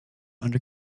under